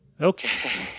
Okay